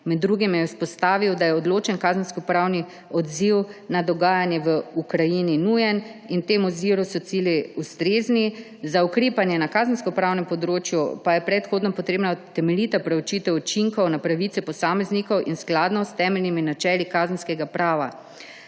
Med drugim je izpostavil, da je odločen kazenskopravni odziv na dogajanje v Ukrajini nujen in v tem oziru so cilji ustrezni. Za ukrepanje na kazenskopravnem področju pa je predhodno potrebna temeljita preučitev učinkov na pravice posameznikov in skladno s temeljnimi načeli kazenskega prava.